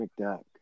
McDuck